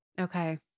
Okay